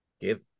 Give